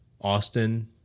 Austin